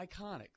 iconic